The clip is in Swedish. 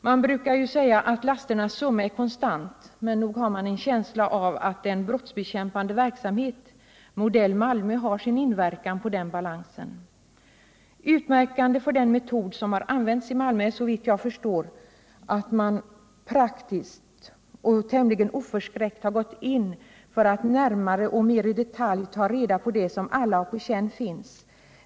Man brukar säga att lasternas summa är konstant, men nog har man en känsla av att en brottsbekämpande verksamhet modell Malmö har sin inverkan på den balansen. Utmärkande för den metod som har använts i Malmö är såvitt jag förstår att man praktiskt och tämligen oförskräckt gått in för att närmare och mera i detalj ta reda på det som alla har på känn finns.